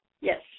yes